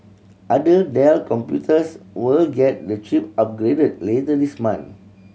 other Dell computers will get the chip upgraded later this month